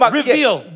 reveal